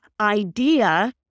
idea